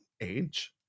age